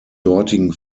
dortigen